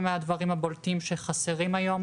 מהדברים הבולטים שאנחנו יודעים שחסרים היום